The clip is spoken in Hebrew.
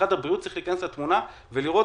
משרד הבריאות צריך להיכנס לתמונה ולראות